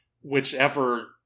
whichever